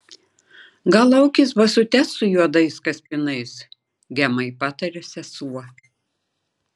gal aukis basutes su juodais kaspinais gemai patarė sesuo